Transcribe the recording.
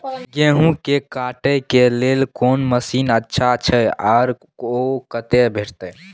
गेहूं के काटे के लेल कोन मसीन अच्छा छै आर ओ कतय भेटत?